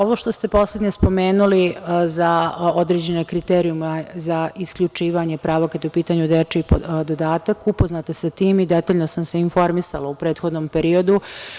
Ovo što ste poslednje spomenuli za određene kriterijume za isključivanje prava kada je u pitanju dečiji dodatak, upoznata sam sa tim i detaljno sam se informisala u prethodnom periodu.